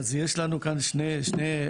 אז יש לנו כאן שני צעדים,